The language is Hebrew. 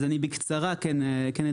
אז אני בקצרה כן אדבר.